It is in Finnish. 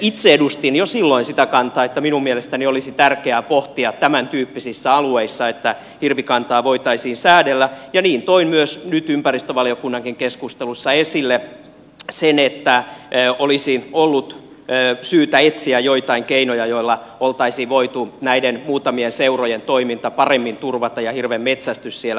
itse edustin jo silloin sitä kantaa että minun mielestäni olisi tärkeää pohtia tämäntyyppisten alueiden kohdalla että hirvikantaa voitaisiin säädellä ja niin toin nyt ympäristövaliokunnankin keskustelussa esille sen että olisi ollut syytä etsiä joitain keinoja joilla oltaisiin voitu paremmin turvata näiden muutamien seurojen toiminta ja hirvenmetsästys siellä